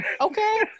okay